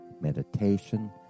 meditation